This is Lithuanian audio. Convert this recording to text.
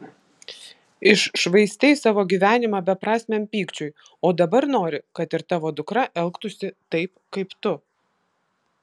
iššvaistei savo gyvenimą beprasmiam pykčiui o dabar nori kad ir tavo dukra elgtųsi taip kaip tu